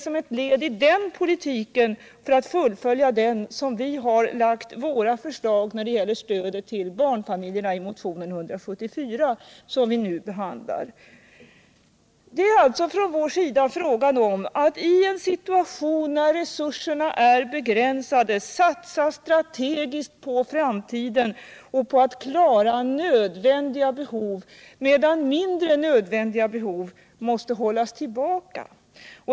Som ett led i våra ansträngningar att fullfölja den politiken har vi lagt våra förslag när det gäller stödet till barnfamiljerna i motionen 174, som vi nu behandlar. Det är alltså från vår sida fråga om att i en situation där resurserna är begränsade satsa strategiskt på framtiden och på att klara nödvändiga behov medan mindre nödvändiga behov måste hållas tillbaka.